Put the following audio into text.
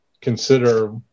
consider